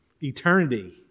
Eternity